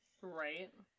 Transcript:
Right